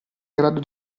grado